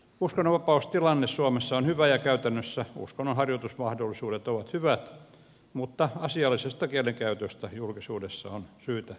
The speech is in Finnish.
uskonnonvapaustilanne suomessa on hyvä ja käytännössä uskonnonharjoitusmahdollisuudet ovat hyvät mutta asiallisesta kielenkäytöstä julkisuudessa on syytä pitää huolta